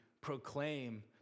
proclaim